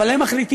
אבל הם מחליטים